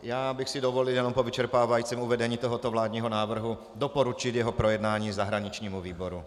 Já bych si dovolil jenom po vyčerpávajícím uvedení tohoto vládního návrhu doporučit jeho projednání zahraničnímu výboru.